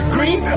Green